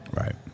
Right